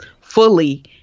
fully